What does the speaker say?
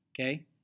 Okay